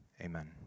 amen